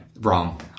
wrong